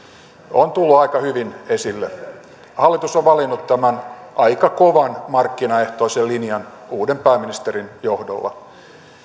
ovat tulleet aika hyvin esille hallitus on valinnut tämän aika kovan markkinaehtoisen linjan uuden pääministerin johdolla